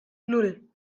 nan